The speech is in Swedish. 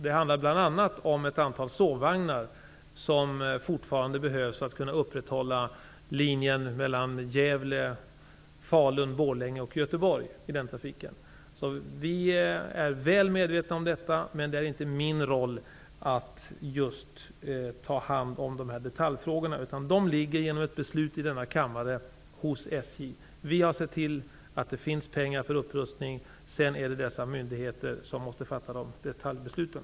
Det handlar bl.a. om ett antal sovvagnar som fortfarande behövs för att kunna upprätthålla linjen Gävle--Falun-- Vi är väl medvetna om dessa frågor. Men det är inte min roll att ta hand om detaljfrågorna. De ligger efter ett beslut i denna kammare hos SJ. Vi har sett till att det finns pengar för upprustning. Sedan är det myndigheterna som skall fatta detaljbesluten.